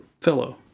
fellow